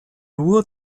nur